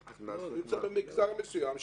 זה נמצא במגזר מסוים,